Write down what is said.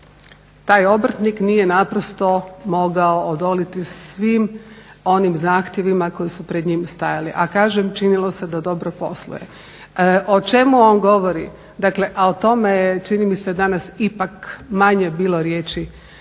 taj obrtnik nije naprosto mogao odoliti svim onim zahtjevima koji su pred njim stajali, a kažem činilo se da dobro posluje. O čemu on govori? Dakle, a o tome je čini mi se danas ipak manje bilo riječi